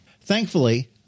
Thankfully